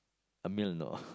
a meal of